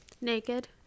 Naked